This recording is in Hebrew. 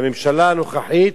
בממשלה הנוכחית,